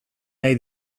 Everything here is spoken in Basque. nahi